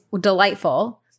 delightful